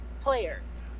players